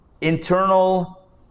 internal